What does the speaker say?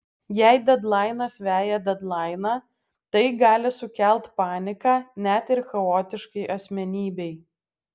jei dedlainas veja dedlainą tai gali sukelt paniką net ir chaotiškai asmenybei